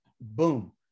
boom